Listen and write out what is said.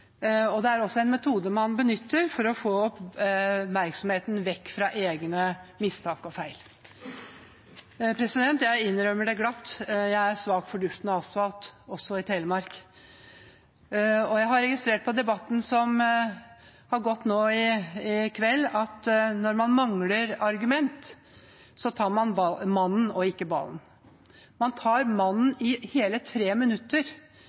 selv. Det er også en metode man benytter for å få oppmerksomheten vekk fra egne mistak og feil. Jeg innrømmer det glatt: Jeg er svak for duften av asfalt, også i Telemark. Jeg har i debatten som har vært i kveld, registrert at når man mangler argument, tar man mannen og ikke ballen. Man tar mannen i hele tre minutter,